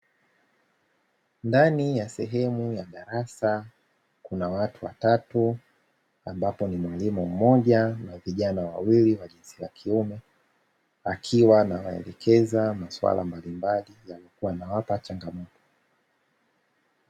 Ndani ya sehemu ya darasa kuna watu watatu ambapo ni mwalimu mmoja na vijana wawili wa jinsia ya kiume akiwa anawaelekeza masuala mbalimbali yaliyokuwa yanawapa changamoto.